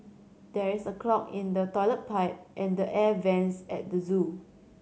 there is a clog in the toilet pipe and the air vents at the zoo